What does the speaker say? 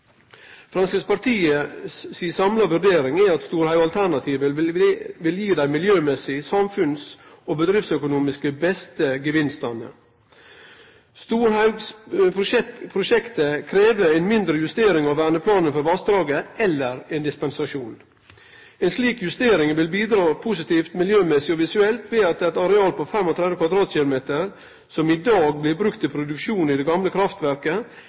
Framstegspartiet si samla vurdering er at Storhaugen-alternativet vil gi dei miljømessige, samfunns- og bedriftsøkonomiske beste gevinstane. Storhaugen-prosjektet krev ei mindre justering av verneplanen for vassdraget, eller ein dispensasjon. Ei slik justering vil bidra positivt, miljømessig og visuelt ved at eit areal på 35 km2, som i dag blir brukt til produksjon i det gamle kraftverket,